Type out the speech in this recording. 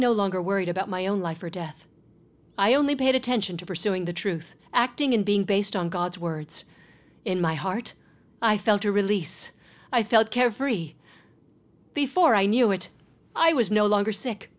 no longer worried about my own life or death i only paid attention to pursuing the truth acting and being based on god's words in my heart i felt a release i felt carefree before i knew it i was no longer sick